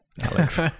Alex